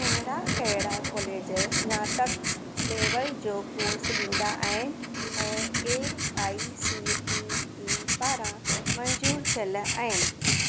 कहिड़ा कहिड़ा कॉलेज स्नातक लेवल जो कोर्स ॾींदा आहिनि ऐं आई सी टी ई पारां मंज़ूरु थियलु आहिनि